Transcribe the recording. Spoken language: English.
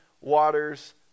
waters